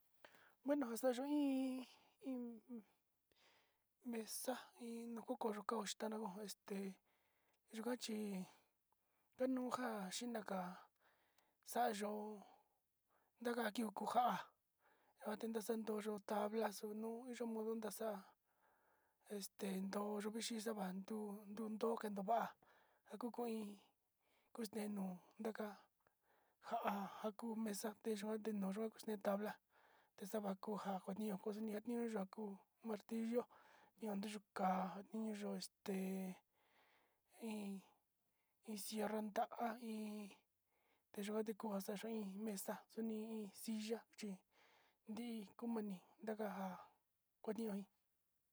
Bueno xa'a yó iin, iin mesa, iin nukuyo njananguo este yukachí ndanuja xhinaja, xa'a yó ndakio nuu njá atende xa'a nroyo tabla xo'ó nuu yondo naxa'a este nroyo chivixe xavan nduu, ndunde kenova'a njakuin kun texno'o ndaka nja'a njauu uu mesa deyo'o kendoyo nde tabla dexakonjá anio xa'aña koó ndexaña kó martillo ña'a yixun ka'a niño yo'ó té iin cierra nda'a iin, iin ndeyuu tikua naxa'a iin mesa uni silla chí ndii kuu mani ndaka'a kuni uu iin.